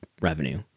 revenue